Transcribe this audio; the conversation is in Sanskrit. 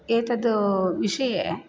एतद्विषये